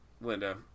Linda